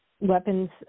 Weapons